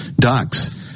Ducks